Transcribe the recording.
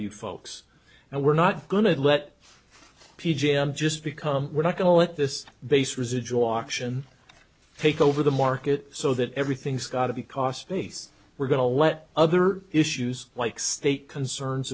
you folks and we're not going to let p j i'm just become we're not going to let this base residual auction take over the market so that everything's got to be cost base we're going to let other issues like state concerns